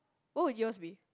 what will yours be